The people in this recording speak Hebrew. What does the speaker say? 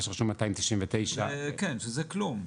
מה שרשום 299. כן שזה כלום.